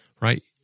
right